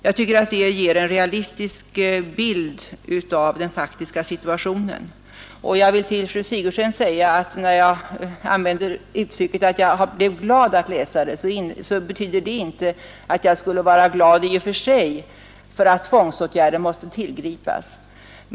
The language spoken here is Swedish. Jag tycker att det ger en realistisk bild av den faktiska situationen. Jag vill till fru Sigurdsen säga att när jag använder uttrycket att jag blev glad att läsa det, så betyder det inte att jag skulle vara glad i och för sig över att tvångsåtgärder måste tillgripas.